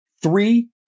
three